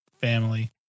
family